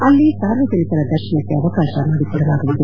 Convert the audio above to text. ಅಲ್ಲಿ ಸಾರ್ವಜನಿಕರ ದರ್ಶನಕ್ಕೆ ಅವಕಾಶ ಮಾಡಿಕೊಡಲಾಗುವುದು